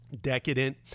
decadent